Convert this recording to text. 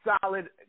solid